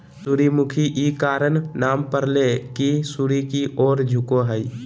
सूरजमुखी इ कारण नाम परले की सूर्य की ओर झुको हइ